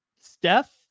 Steph